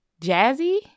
Jazzy